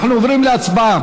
אנחנו עוברים להצבעה.